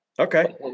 Okay